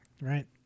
Right